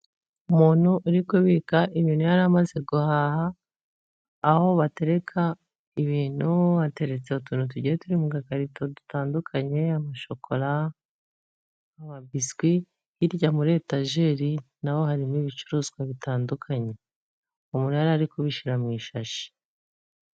Umuntu uri kubika ibintu yari amaze guhaha, aho batereka ibintu hateretse utuntu tugiye turi mu gakarito dutandukanye, amashokora, amabiswi, hirya muri etajeri naho harimo ibicuruzwa bitandukanye, umuntu yari ari kubishyira mu ishashi.